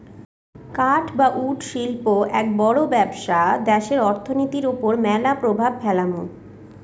কাঠ বা উড শিল্প এক বড় ব্যবসা দ্যাশের অর্থনীতির ওপর ম্যালা প্রভাব ফেলামু